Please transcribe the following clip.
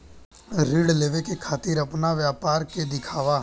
ऋण लेवे के खातिर अपना व्यापार के दिखावा?